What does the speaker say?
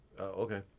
okay